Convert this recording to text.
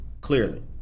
clearly